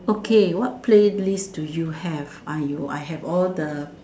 okay what playlist do you have !aiyo! I have all the